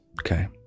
okay